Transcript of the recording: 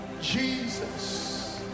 Jesus